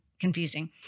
confusing